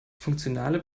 funktionale